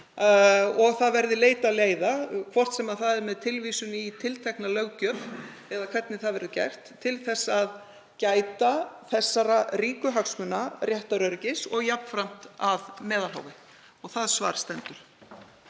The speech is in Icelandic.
og leitum leiða, hvort sem það er með tilvísun í tiltekna löggjöf eða hvernig það verður gert, til að gæta þessara ríku hagsmuna réttaröryggis og jafnframt af meðalhófi. Og það svar stendur.